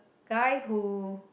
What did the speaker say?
guy who